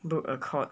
book a court